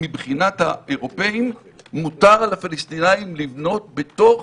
מבחינת האירופים מותר לפלסטינים לבנות בתוך